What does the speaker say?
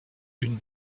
une